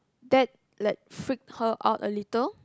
that like freaked her out a little